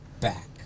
back